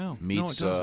meets